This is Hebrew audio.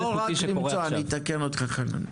זה לא רק למצוא, אני אתקן אותך חנן.